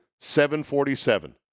747